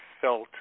felt